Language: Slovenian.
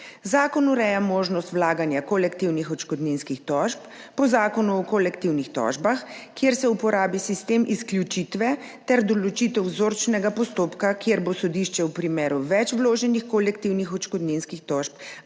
Zakon ureja možnost vlaganja kolektivnih odškodninskih tožb po Zakonu o kolektivnih tožbah, kjer se uporabi sistem izključitve ter določitve vzorčnega postopka, kjer bo sodišče v primeru več vloženih kolektivnih odškodninskih tožb